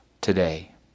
today